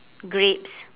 grapes